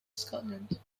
scotland